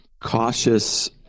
cautious